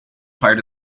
part